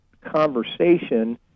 conversation